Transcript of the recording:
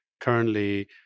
currently